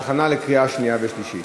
חוק ומשפט